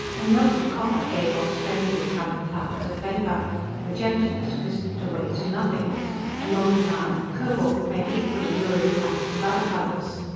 and melted copper gave off strangely colored clouds of vapor which emptiness whisked away to nothing and molten iron and cobalt made equally lurid clouds of other colors.